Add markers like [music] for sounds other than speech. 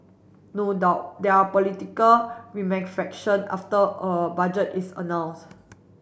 no doubt there are political [unintelligible] after a budget is announced